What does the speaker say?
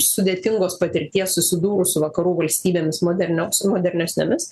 sudėtingos patirties susidūrus su vakarų valstybėms modernioms su modernesnėmis